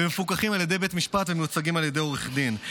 והם מפוקחים על ידי בית משפט ומיוצגים על ידי עורך דין.